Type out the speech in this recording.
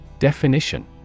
Definition